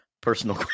personal